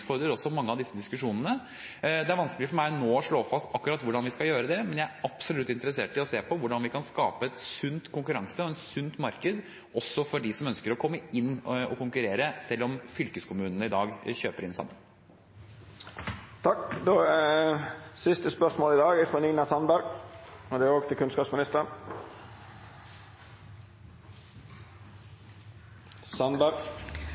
mange av disse diskusjonene. Det er vanskelig for meg nå å slå fast akkurat hvordan vi skal gjøre det, men jeg er absolutt interessert i å se på hvordan vi kan skape en sunn konkurranse og et sunt marked, også for dem som ønsker å komme inn og konkurrere, selv om fylkeskommunene i dag kjøper inn sammen. Jeg tillater meg å stille dette spørsmålet til statsråden: «Begrunnet i nedgangen i utenlandsstudenter, og